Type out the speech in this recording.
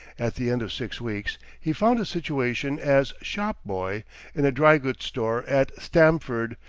at the end of six weeks he found a situation as shop-boy in a dry-goods store at stamford,